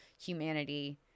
humanity